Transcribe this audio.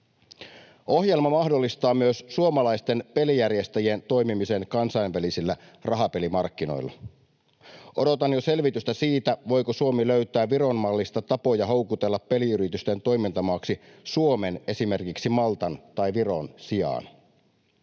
Ohjelma mahdollistaa myös suomalaisten pelijärjestäjien toimimisen kansainvälisillä rahapelimarkkinoilla. Odotan jo selvitystä siitä, voiko Suomi löytää Viron-mallista tapoja houkutella peliyritysten toimintamaaksi Suomen esimerkiksi Maltan tai Viron sijaan.